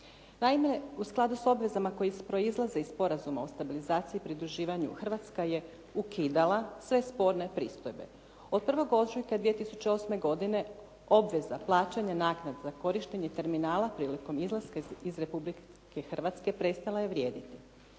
Naime, u skladu sa obvezama koje proizlaze iz Sporazuma o stabilizaciji i pridruživanju Hrvatska je ukidala sve sporne pristojbe. Od 1. ožujka 2008. godine obveza plaćanja naknada za korištenje terminala prilikom izlaska iz Republike Hrvatske prestala je vrijediti.